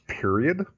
period